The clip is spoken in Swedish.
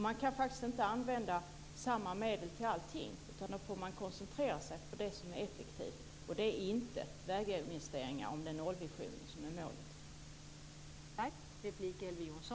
Man kan faktiskt inte använda samma medel till allting, utan man får koncentrera sig på det som är effektivt, och det är inte väginvesteringar om det är nollvisionen som är målet.